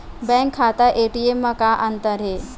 Bank खाता ATM मा का अंतर हे?